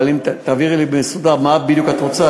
אבל אם תעבירי לי בצורה מסודרת מה בדיוק את רוצה,